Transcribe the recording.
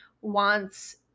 wants